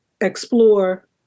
explore